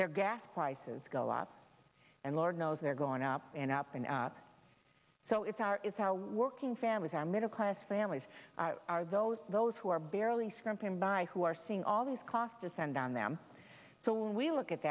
their gas prices go up and lord knows they're going up and up and so it's our is how working families are middle class families are those those who are barely scraping by who are seeing all these costs descend on them so when we look at